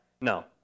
no